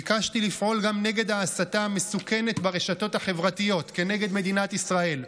ביקשתי לפעול גם נגד ההסתה המסוכנת ברשתות החברתיות כנגד מדינת ישראל,